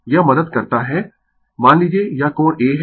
Refer Slide Time 0812 मान लीजिए यह कोण A है